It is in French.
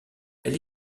elle